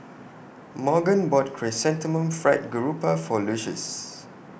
Morgan bought Chrysanthemum Fried Garoupa For Lucius